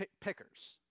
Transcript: pickers